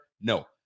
No